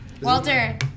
Walter